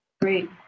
Great